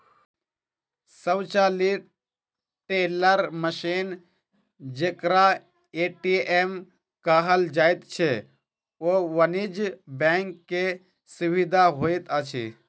स्वचालित teller machine जेकरा ATM कहल जाइत छै, ओ वाणिज्य बैंक के सुविधा होइत अछि